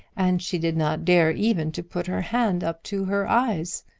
and she did not dare even to put her hand up to her eyes.